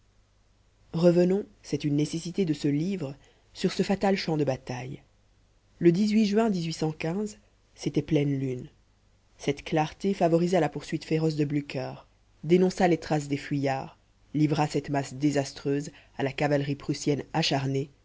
revenons c'est une nécessité de ce livre sur ce fatal champ de bataille le juin c'était pleine lune cette clarté favorisa la poursuite féroce de blücher dénonça les traces des fuyards livra cette masse désastreuse à la cavalerie prussienne acharnée